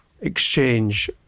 exchange